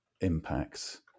impacts